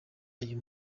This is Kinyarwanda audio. ayo